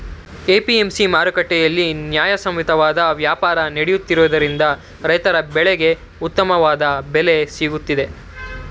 APMC ಮಾರುಕಟ್ಟೆಯಲ್ಲಿ ನ್ಯಾಯಸಮ್ಮತವಾದ ವ್ಯಾಪಾರ ನಡೆಯುತ್ತಿರುವುದರಿಂದ ರೈತರ ಬೆಳೆಗೆ ಉತ್ತಮವಾದ ಬೆಲೆ ಸಿಗುತ್ತಿದೆ